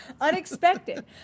Unexpected